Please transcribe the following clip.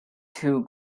two